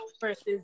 versus